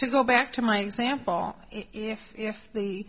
to go back to my example if the